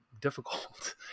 difficult